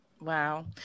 Wow